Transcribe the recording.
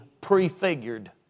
prefigured